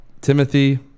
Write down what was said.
Timothy